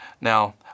Now